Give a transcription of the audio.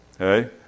Okay